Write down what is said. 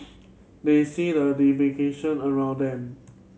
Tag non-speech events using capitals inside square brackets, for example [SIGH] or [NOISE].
they see the [UNINTELLIGIBLE] around them